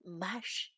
mush